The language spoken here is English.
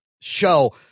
show